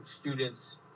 students